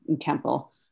temple